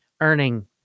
earning